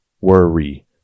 worry